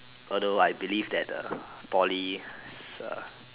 although I believe that a Poly is uh